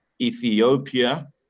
Ethiopia